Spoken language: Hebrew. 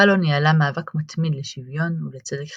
קאלו ניהלה מאבק מתמיד לשוויון ולצדק חברתי,